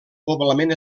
poblament